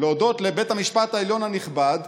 להודות לבית המשפט העליון המכובד,